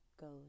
goes